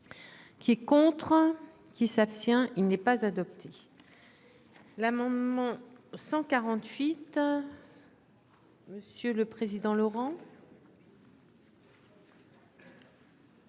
Qui est contraint qui s'abstient. Il n'est pas adopté. L'amendement 148. Monsieur le président, Laurent.